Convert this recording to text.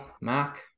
Mac